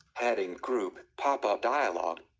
adding group pop-up dialog,